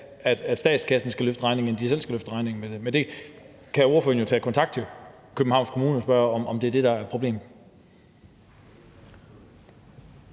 at statskassen skal betale regningen, end at de selv skal betale regningen. Men ordføreren kan jo tage kontakt til Københavns Kommune og spørge, om det er det, der er problemet.